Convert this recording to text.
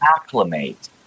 acclimate